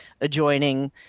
adjoining